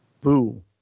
boo